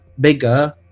bigger